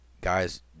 Guys